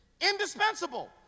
Indispensable